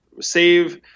save